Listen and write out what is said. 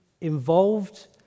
involved